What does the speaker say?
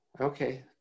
Okay